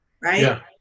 Right